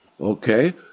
Okay